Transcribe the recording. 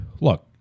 look